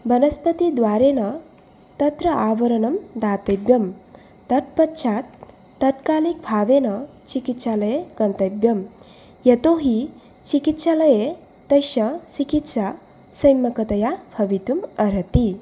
वनस्पतिद्वारेण तत्र आवरणं दातव्यं तत्पश्चात् तात्कालिकभावेन चिकित्सालये गन्तव्यं यतो हि चिकित्सालये तस्य चिकित्सा सम्यक्तया भवितुम् अर्हति